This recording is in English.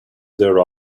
their